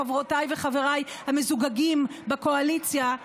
חברותיי וחבריי המזוגגים בקואליציה,